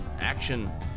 action